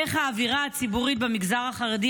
איך האווירה הציבורית במגזר החרדי